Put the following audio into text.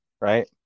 right